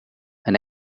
and